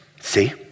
see